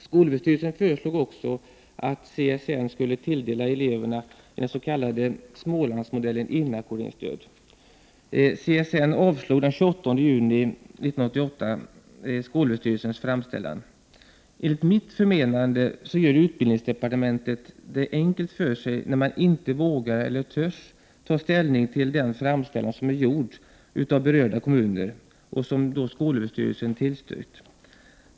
SÖ föreslog också att CSN skulle tilldela eleverna i den s.k. Smålandsmodellen inackorderingsstöd. CSN avslog den 28 juni 1988 skolöverstyrelsens framställan. Enligt mitt förmenande gör utbildningsdepartementet det enkelt för sig när det inte vågar ta ställning till den framställan som är gjord av berörda kommuner och som skolöverstyrelsen tillstyrkt.